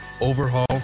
Overhaul